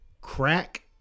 crack